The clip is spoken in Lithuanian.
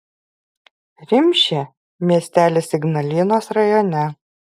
rimšė miestelis ignalinos rajone